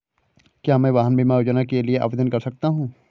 क्या मैं वाहन बीमा योजना के लिए आवेदन कर सकता हूँ?